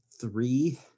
three